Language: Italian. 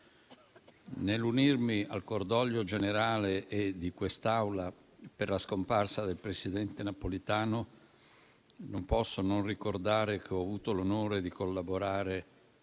Nell'unirmi al cordoglio generale e di quest'Aula per la scomparsa del presidente Napolitano, non posso non ricordare che ho avuto l'onore di collaborare